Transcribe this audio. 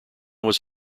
was